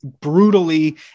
brutally